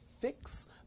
fix